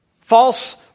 False